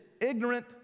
ignorant